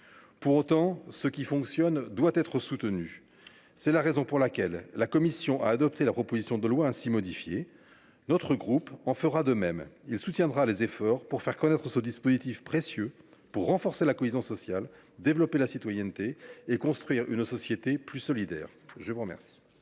Pour autant, ce qui fonctionne doit être soutenu. C’est la raison pour laquelle la commission a adopté la proposition de loi ainsi modifiée. Notre groupe fera de même. Il soutiendra les efforts visant à faire connaître ce dispositif précieux pour renforcer la cohésion sociale, développer la citoyenneté et construire une société plus solidaire. La parole